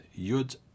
Yud